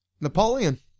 Napoleon